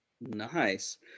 Nice